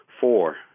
Four